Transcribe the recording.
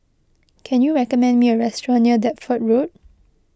can you recommend me a restaurant near Deptford Road